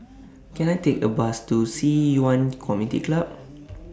Can I Take A Bus to Ci Yuan Community Club